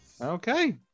Okay